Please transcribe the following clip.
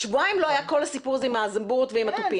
שבועיים לא היה את כל הסיפור הזה עם הזמבורות ועם התופים,